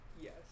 Yes